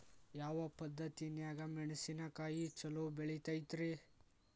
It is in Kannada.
ಯಾವ ಪದ್ಧತಿನ್ಯಾಗ ಮೆಣಿಸಿನಕಾಯಿ ಛಲೋ ಬೆಳಿತೈತ್ರೇ?